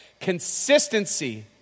Consistency